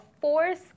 force